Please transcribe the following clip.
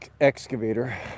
excavator